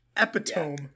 epitome